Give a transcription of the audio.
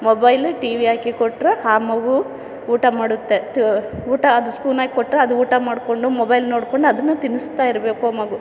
mobile TV ಹಾಕಿ ಕೊಟ್ಟರೆ ಆ ಮಗು ಊಟ ಮಾಡುತ್ತೆ ತ ಊಟ ಅದು ಸ್ಪೂನ್ ಹಾಕ್ಕೊಟ್ರೆ ಅದು ಊಟ ಮಾಡಿಕೊಂಡು ಮೊಬೈಲ್ ನೋಡಿಕೊಂಡು ಅದನ್ನು ತಿನ್ನಿಸ್ತಾಯಿರ್ಬೇಕು ಮಗು